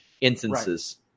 instances